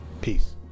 Peace